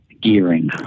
gearing